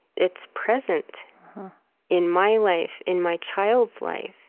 it's present in my life, in my child's life,